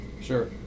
Sure